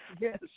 yes